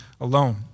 alone